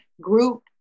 group